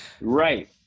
Right